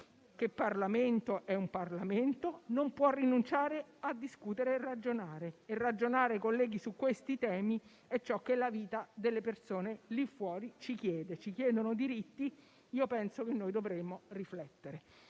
Il Parlamento è un Parlamento e non può rinunciare a discutere e a ragionare; e ragionare su questi temi, colleghi, è ciò che la vita delle persone lì fuori ci chiede. Ci chiedono diritti e io penso che noi dovremmo riflettere.